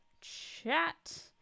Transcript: chat